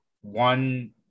one